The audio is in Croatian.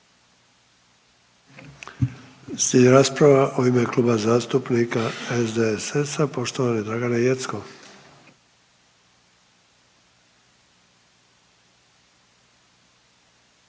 Slijedi rasprava u ime Kluba zastupnika SDSS-a, poštovane Dragane Jeckov.